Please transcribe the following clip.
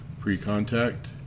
pre-contact